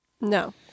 No